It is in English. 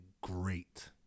great